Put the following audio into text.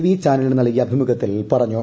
V ചാനലിനു നൽകിയ അഭിമുഖത്തിൽ പറഞ്ഞു